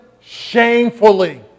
shamefully